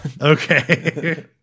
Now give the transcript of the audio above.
Okay